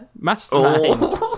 Mastermind